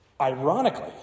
Ironically